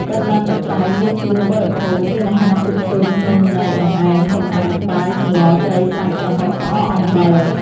បិណ្ឌបាត្របច្ច័យ មានគ្រឿងបរិភោគ មានអាហារភោជន នំនែក បង្អែម ចំអាប បាយ សម្ល ត្រី សាច់ ប្រហុក ផ្អក អំបិល។